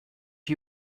you